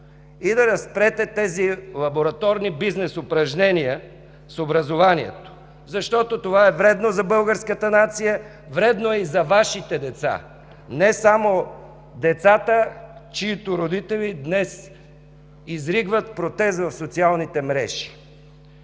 и да спрете тези лабораторни бизнес упражнения с образованието, защото това е вредно за българската нация, вредно е и за Вашите деца, не само децата, чиито родители днес изригват на протест в социалните мрежи.